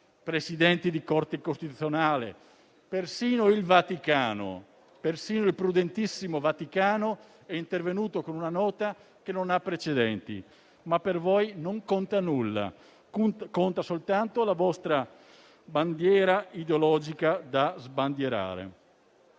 Presidente della Corte costituzionale; persino il prudentissimo Vaticano è intervenuto con una nota che non ha precedenti. Ma per voi non conta nulla; conta soltanto la vostra bandiera ideologica da sbandierare;